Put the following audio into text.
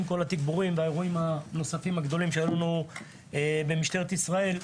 עם כל התגבורים והאירועים הנוספים הגדולים שהיו לנו במשטרת ישראל,